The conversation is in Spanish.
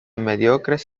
mediocres